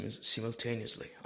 simultaneously